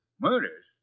Murders